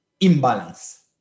Imbalance